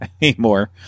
anymore